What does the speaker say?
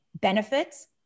benefits